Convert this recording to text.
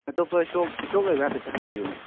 ꯑꯇꯣꯞꯄ stock stock ꯂꯩꯕ꯭ꯔ ꯍꯥꯏꯐꯦꯠꯇ ꯍꯪꯕꯤꯌꯨꯅꯦ